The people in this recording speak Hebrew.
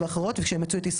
יש עובדים שנפטרו,